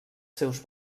seus